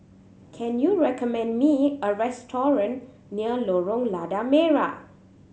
can you recommend me a restaurant near Lorong Lada Merah